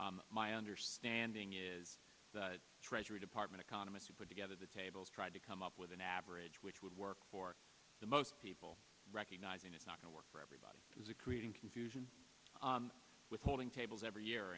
my understanding is the treasury department economist who put together the tables tried to come up with an average which would work for the most people recognizing it's not going to work for everybody does occur confusion withholding tables every year